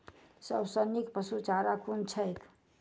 सबसँ नीक पशुचारा कुन छैक?